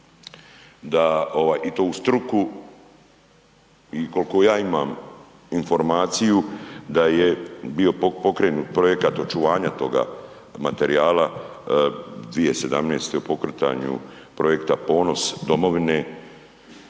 i to uz struku i kolko ja imam informaciju da je bio pokrenut projekat očuvanja toga materijala 2017. o pokretanju projekta Ponos domovine,